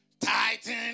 Titan